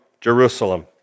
Jerusalem